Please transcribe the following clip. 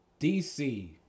DC